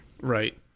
right